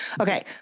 Okay